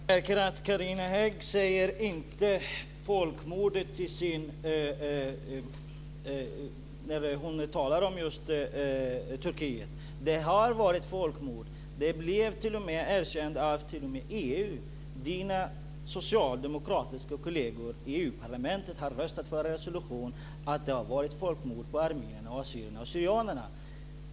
Fru talman! Jag märker att Carina Hägg inte nämner folkmordet när hon talar om Turkiet. Det har varit ett folkmord. Det blev t.o.m. erkänt av EU. Carina Häggs socialdemokratiska kolleger i EU-parlamentet har röstat för en resolution att det har varit ett folkmord på armenierna, assyrierna och syrianerna.